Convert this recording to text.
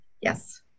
Yes